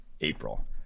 April